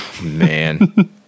Man